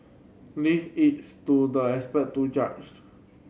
leave its to the expert to judge